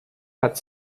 hat